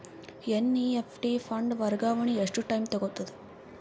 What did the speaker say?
NEFT fund ವರ್ಗಾವಣೆ ಎಷ್ಟ time ತೋಗೊತದ?